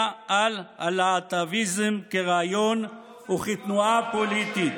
על הלהט"ביזם כרעיון וכתנועה פוליטית.